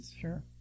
Sure